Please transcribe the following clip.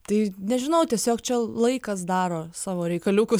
tai nežinau tiesiog čia laikas daro savo reikaliukus